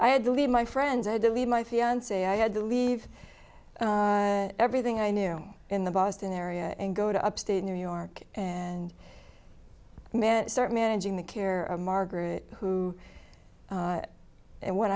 i had to leave my friends i had to leave my fiance i had to leave everything i knew in the boston area and go to upstate new york and start managing the care of margaret who and when